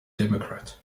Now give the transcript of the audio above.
democrat